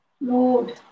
Lord